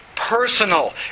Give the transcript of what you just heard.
Personal